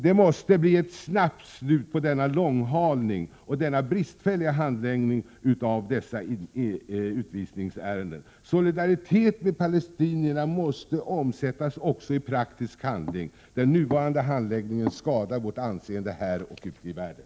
Det måste bli ett snabbt slut på den långdragna och bristfälliga handläggningen av dessa utvisningsärenden. Solidariteten med palestinierna måste omsättas också i praktisk handling. Den nuvarande handläggningen skadar vårt anseende här och ute i världen.